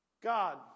God